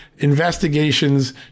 investigations